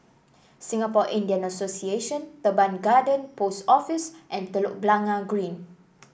Singapore Indian Association Teban Garden Post Office and Telok Blangah Green